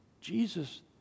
Jesus